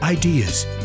ideas